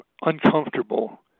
uncomfortable